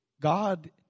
God